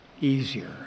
easier